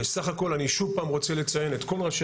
וסך הכל אני שוב פעם רוצה לציין את כל ראשי